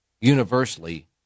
universally